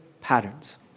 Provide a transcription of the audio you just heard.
patterns